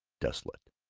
desolate,